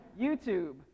YouTube